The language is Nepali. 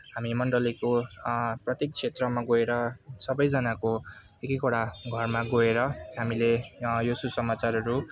हामी मन्डलीको प्रत्येक क्षेत्रमा गएर सबैजनाको एक एकवटा घरमा गएर हामीले यो सुसमाचारहरू